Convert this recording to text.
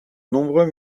nombreux